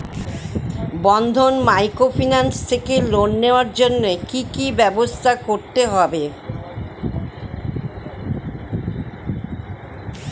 বন্ধন microfinance থেকে loan নেওয়ার জন্য কি কি ব্যবস্থা করতে হবে?